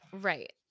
right